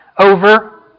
over